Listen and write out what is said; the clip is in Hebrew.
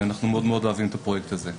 אנחנו מאוד מאוד אוהבים את הפרויקט הזה.